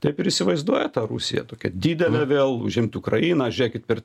taip ir įsivaizduoja tą rusiją tokią didelę vėl užimt ukrainą žėkit per